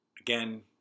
Again